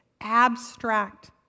abstract